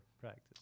practice